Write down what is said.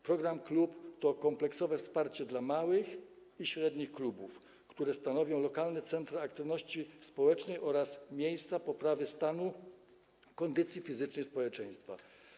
Program „Klub” to kompleksowe wsparcie dla małych i średnich klubów, które stanowią lokalne centra aktywności społecznej oraz miejsca poprawy stanu kondycji fizycznej społeczeństwa.